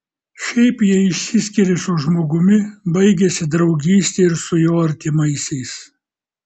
šiaip jei išsiskiri su žmogumi baigiasi draugystė ir su jo artimaisiais